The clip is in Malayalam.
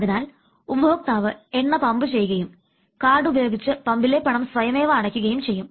അതിനാൽ ഉപഭോക്താവ് എണ്ണ പമ്പു ചെയ്യുകയും കാർഡ് ഉപയോഗിച്ച് പമ്പിലെ പണം സ്വയമേവ അടക്കുകയും ചെയ്യും